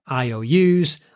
IOUs